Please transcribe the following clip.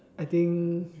I think